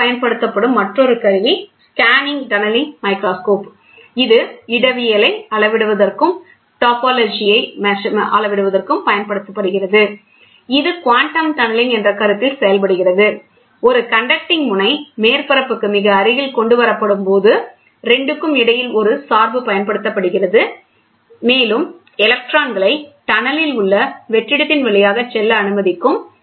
பொதுவாக பயன்படுத்தப்படும் மற்றொரு கருவி ஸ்கேனிங் டன்னலிங் மைக்ரோஸ்கோப் இது இடவியலை அளவிடுவதற்கும் பயன்படுத்தப்படுகிறது இது குவாண்டம் டன்னலிங் என்ற கருத்தில் செயல்படுகிறது ஒரு கண்டக்டிங் முனை மேற்பரப்புக்கு மிக அருகில் கொண்டு வரப்படும்போது 2 க்கும் இடையில் ஒரு சார்பு பயன்படுத்தப்படுகிறது மேலும் எலக்ட்ரான்களை டன்னலில் உள்ள வெற்றிடத்தின் வழியாக செல்ல அனுமதிக்கும்